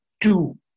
two